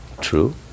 True